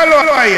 מה לא היה?